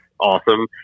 awesome